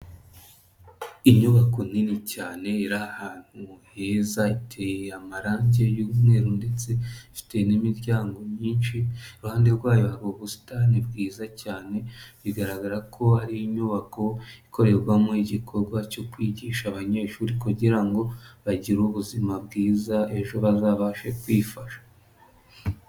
Inyubako nini cyane iri ahantu heza, iteye amarange y'umweru ndetse ifite n'imiryango myinshi, iruhande rwayo hari ubusitani bwiza cyane bigaragara ko ari inyubako ikorerwamo igikorwa cyo kwigisha abanyeshuri kugira ngo bagire ubuzima bwiza ejo bazabashe kwifasha.